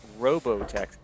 Robotech